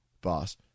boss